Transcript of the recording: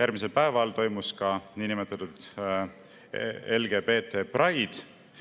Järgmisel päeval toimus ka LGBT Pride